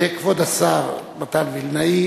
כבוד השר מתן וילנאי